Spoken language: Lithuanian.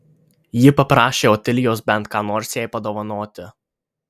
ji paprašė otilijos bent ką nors jai padovanoti